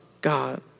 God